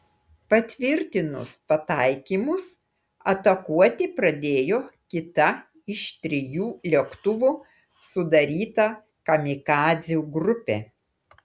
patvirtinus pataikymus atakuoti pradėjo kita iš trijų lėktuvų sudaryta kamikadzių grupė